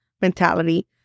mentality